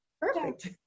perfect